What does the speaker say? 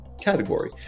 category